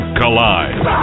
collide